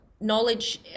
Knowledge